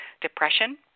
depression